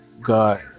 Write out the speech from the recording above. God